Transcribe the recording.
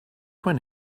when